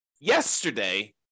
yesterday